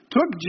Took